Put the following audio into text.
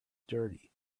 dirty